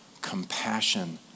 compassion